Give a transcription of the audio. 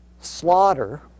slaughter